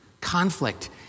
Conflict